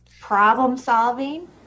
Problem-solving